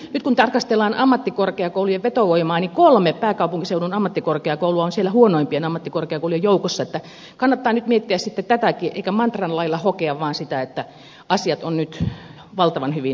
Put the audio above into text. nyt kun tarkastellaan ammattikorkeakoulujen vetovoimaa niin kolme pääkaupunkiseudun ammattikorkeakoulua on siellä huonoimpien ammattikorkeakoulujen joukossa että kannattaa nyt miettiä sitten tätäkin eikä mantran lailla hokea vaan sitä että asiat ovat nyt valtavan hyvin järjestyksessä